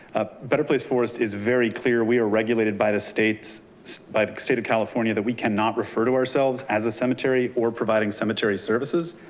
ah better place forest is very clear. we are regulated by the states by the state of california, that we can not refer to ourselves as a cemetery or providing cemetery services.